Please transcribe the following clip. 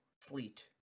sleet